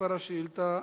מספר השאילתא,